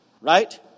right